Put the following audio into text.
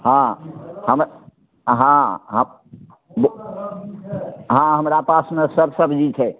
हँ हम हँ हँ हँ हमरा पासमे सभ सबजी छै